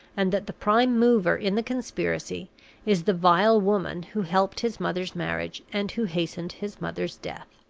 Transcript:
and that the prime mover in the conspiracy is the vile woman who helped his mother's marriage and who hastened his mother's death.